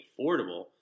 affordable